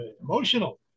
emotional